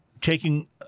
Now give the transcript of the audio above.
taking